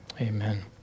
amen